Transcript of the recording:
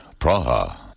Praha